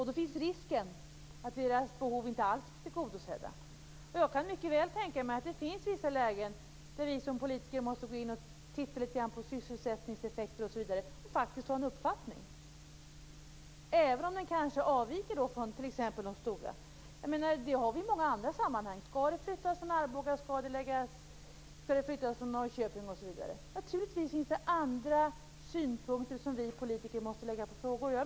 Då finns risken att deras behov inte alls blir tillgodosedda. Jag kan mycket väl tänka mig att det finns vissa lägen då vi som politiker måste gå in och titta litet grand på sysselsättningseffekter osv. och faktiskt ha en uppfattning, även om den kanske är avvikande. Detta händer i många andra sammanhang. Man undrar om man skall flytta verksamhet från Arboga, Norrköping osv.? Det finns naturligtvis andra synpunkter som vi politiker måste väga in.